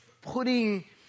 putting